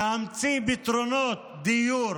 להמציא פתרונות דיור